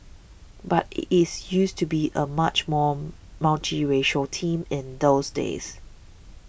but is used to be a much more multiracial team in those days